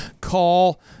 call